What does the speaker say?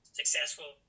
successful